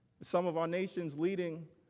some of our nations leading